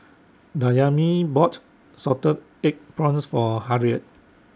Dayami bought Salted Egg Prawns For Harriet